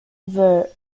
were